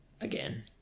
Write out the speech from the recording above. again